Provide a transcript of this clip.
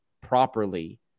properly